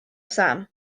sam